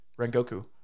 Rengoku